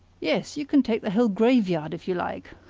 yes, you can take the whole graveyard if you like.